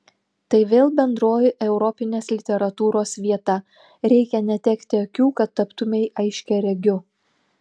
tai vėl bendroji europinės literatūros vieta reikia netekti akių kad taptumei aiškiaregiu